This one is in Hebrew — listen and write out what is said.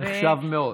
נחשב מאוד.